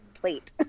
plate